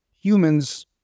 humans